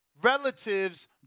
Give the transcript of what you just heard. Relatives